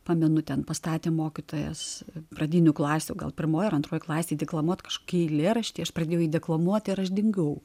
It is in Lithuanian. pamenu ten pastatė mokytojas pradinių klasių gal pirmoj ar antroj klasėj deklamuot kažkokį eilėraštį aš pradėjau jį deklamuoti ir aš dingau